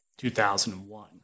2001